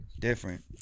Different